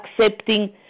accepting